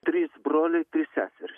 trys broliai trys seserys